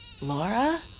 Laura